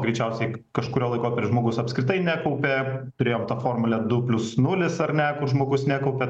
greičiausiai kažkuriuo laikotarpiu žmogus apskritai nekaupė turėjom tą formulę du plius nulis ar ne žmogus nekaupė